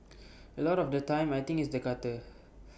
A lot of the time I think it's the gutter